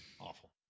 Awful